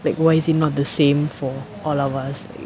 like why is it not the same for all of us